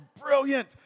brilliant